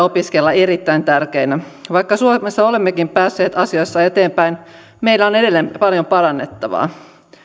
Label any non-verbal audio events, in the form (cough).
(unintelligible) opiskella erittäin tärkeinä vaikka suomessa olemmekin päässeet asiassa eteenpäin meillä on edelleen paljon parannettavaa